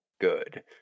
good